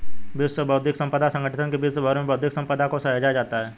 विश्व बौद्धिक संपदा संगठन के द्वारा विश्व भर में बौद्धिक सम्पदा को सहेजा जाता है